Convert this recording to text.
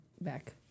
back